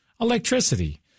electricity